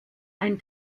ein